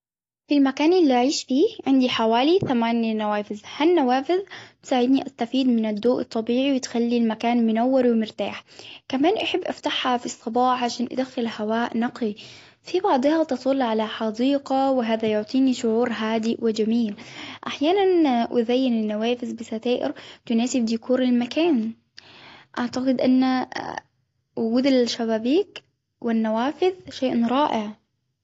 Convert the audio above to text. في المكان اللي أعيش فيه عندي حوالي ثمان نوافذ، هالنوافذ تساعدني أستفيد من الضوء الطبيعي وتخلي المكان منور ومرتاح، كمان أحب أفتحها في الصباح عشان أدخل هواء نقي، في بعضها تطل على حديقة وهذا يعطيني شعور هادئ وجميل، أحيانا أزين بستائر تناسب ديكور المكان، أعتقد أن وجود الشبابيك والنوافذ شيء رائع.